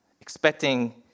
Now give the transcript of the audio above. expecting